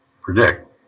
predict